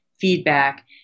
feedback